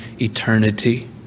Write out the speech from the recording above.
eternity